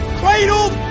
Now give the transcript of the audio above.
cradled